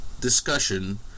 discussion